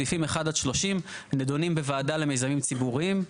סעיפים 1 עד 30 נדונים בוועדה למיזמים ציבוריים,